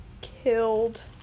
killed